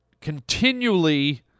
continually